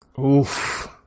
Oof